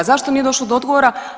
Zašto nije došlo do odgovora?